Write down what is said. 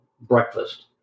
breakfast